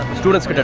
students, but